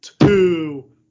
two